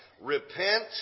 repent